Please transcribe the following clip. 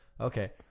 Okay